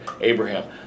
Abraham